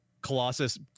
Colossus